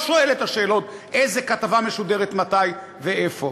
שואל את השאלות: איזו כתבה משודרת מתי ואיפה?